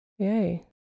Yay